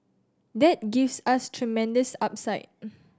that gives us tremendous upside